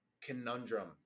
conundrum